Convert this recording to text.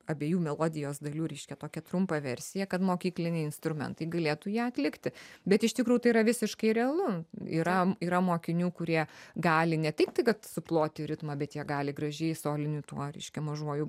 abiejų melodijos dalių reiškia tokią trumpą versiją kad mokykliniai instrumentai galėtų ją atlikti bet iš tikrųjų tai yra visiškai realu yra yra mokinių kurie gali ne tiktai kad suploti ritmą bet jie gali gražiai soliniu tuo reiškia mažuoju